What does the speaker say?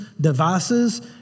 devices